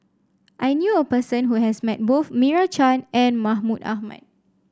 I knew a person who has met both Meira Chand and Mahmud Ahmad